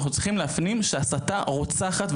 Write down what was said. אנחנו צריכים להפנים שהסתה רוצחת,